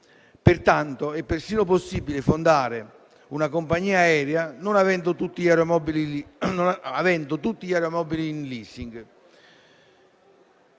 Pertanto, è persino possibile fondare una compagnia aerea avendo tutti gli aeromobili in *leasing*,